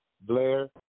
blair